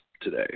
today